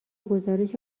گزارش